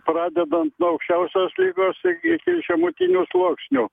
pradedant nuo aukščiausios lygos iki žemutinių sluoksnių